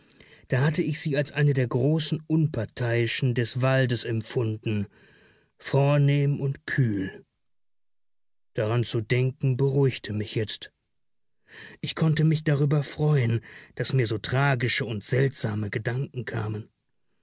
da hatte ich sie als eine der großen unparteiischen des waldes empfunden vornehm und kühl daran zu denken beruhigte mich jetzt ich konnte mich darüber freuen daß mir so tragische und seltsame gedanken kamen